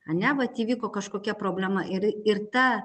ane vat įvyko kažkokia problema ir ir ta